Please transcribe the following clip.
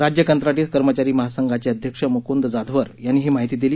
राज्य कंत्राटी कर्मचारी महासंघाचे अध्यक्ष मुकुंद जाधवर यांनी ही माहिती दिली